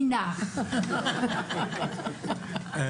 זו דרך מאוד ארוכה והתגלגלות מאוד